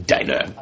Diner